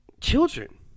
children